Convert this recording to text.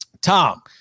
Tom